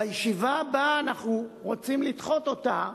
הישיבה הבאה, אנחנו רוצים לדחות אותה,